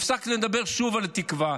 הפסקתם שוב לדבר על תקווה,